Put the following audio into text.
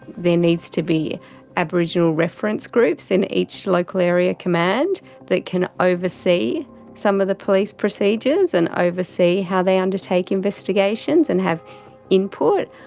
needs to be aboriginal reference groups in each local area command that can oversee some of the police procedures and oversee how they undertake investigations and have input.